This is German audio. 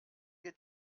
wir